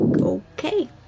Okay